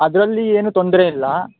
ಅದರಲ್ಲಿ ಏನು ತೊಂದರೆ ಇಲ್ಲ